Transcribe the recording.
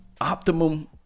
optimum